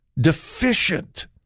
deficient